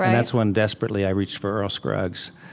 that's when, desperately, i reached for earl scruggs,